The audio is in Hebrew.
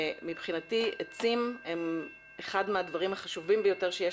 מבחינתי עצים הם אחד הדברים החשובים ביותר שיש